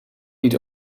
niet